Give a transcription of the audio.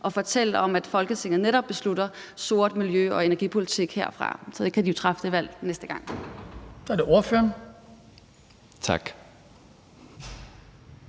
at fortælle om, at Folketinget netop beslutter sort miljø- og energipolitik herfra. Så kan de jo træffe det valg næste gang. Kl. 15:19 Den fg.